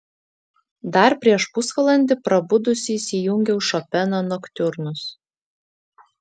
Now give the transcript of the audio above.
dar prieš pusvalandį prabudusi įsijungiau šopeno noktiurnus